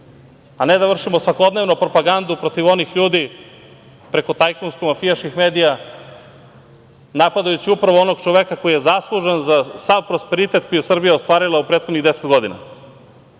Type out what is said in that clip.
a na da vršimo svakodnevno propagandu protiv onih ljudi, preko tajkunsko mafijaških medija napadajući upravo onog čoveka koji je zaslužan za sav prosperitet koji je Srbija ostvarila u prethodnih deset godina. Niko